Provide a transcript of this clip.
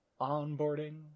onboarding